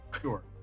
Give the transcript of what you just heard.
Sure